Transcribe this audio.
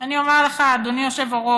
אני אומר לך, אדוני היושב-ראש,